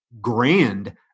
grand